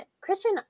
Christian